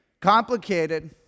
Complicated